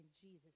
Jesus